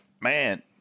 man